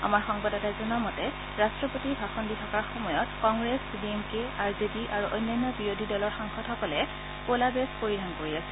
আমাৰ সংবাদদাতাই জনোৱা মতে ৰাট্টপতি ভাষণ দি থকা সময়ত Congress D M K R J D আৰু অন্যান্য বিৰোধী দলৰ সাংসদসকলে ক'লা বেজ পৰিধান কৰি আছিল